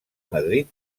madrid